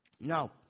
Now